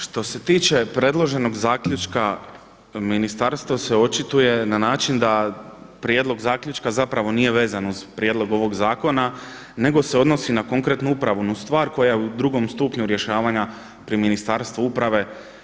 Što se tiče predloženog zaključka Ministarstvo se očituje na način da prijedlog zaključka zapravo nije vezan uz prijedlog ovoga zakona, nego se odnosi na konkretnu upravnu stvar koja je u drugom stupnju rješavanja pri Ministarstvu uprave.